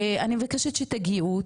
אני מבקשת שתגיעו,